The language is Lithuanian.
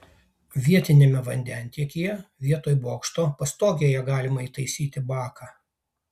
vietiniame vandentiekyje vietoj bokšto pastogėje galima įtaisyti baką